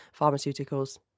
pharmaceuticals